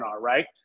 right